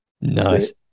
Nice